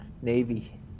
Navy